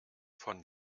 von